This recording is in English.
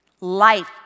life